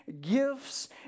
gifts